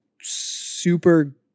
super